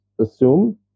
assume